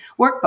workbook